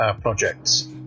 projects